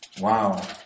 Wow